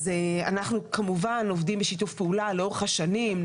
אז אנחנו כמובן עובדים בשיתוף פעולה לאורך השנים.